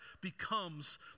becomes